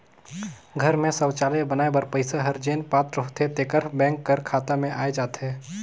घर में सउचालय बनाए बर पइसा हर जेन पात्र होथे तेकर बेंक कर खाता में आए जाथे